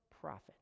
profit